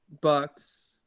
Bucks